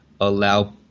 allow